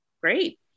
great